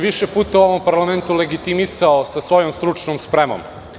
Više puta sam se u ovom parlamentu legitimisao sa svojom stručnom spremom.